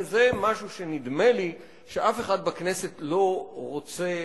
וזה משהו שנדמה לי שאף אחד בכנסת לא רוצה,